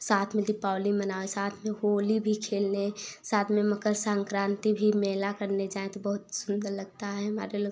साथ में दीपावली मना साथ में होली भी खेल लें साथ में मकर संक्रांति भी मेला करने जाएं तो बहुत सुंदर लगता है हमारे लोग